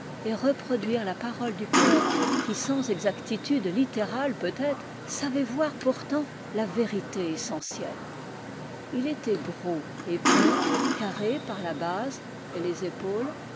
et reproduire la parole du poète de celui qui sans exactitude littérale peut-être savait voir pourtant la vérité essentielle il était gros épais carré par la base et les épaules